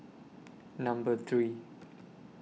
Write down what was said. Number three